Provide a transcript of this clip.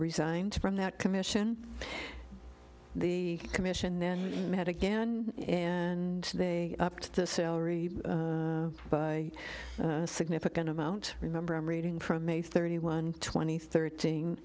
resigned from that commission the commission then met again and they upped the salary by a significant amount remember i'm reading from a thirty one twenty thir